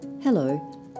Hello